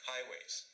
Highways